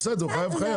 בסדר, חייב.